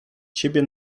ciebie